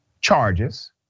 charges